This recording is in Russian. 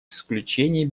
исключений